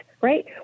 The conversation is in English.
right